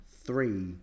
three